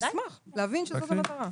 נשמח להבין שזאת המטרה.